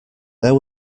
there